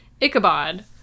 Ichabod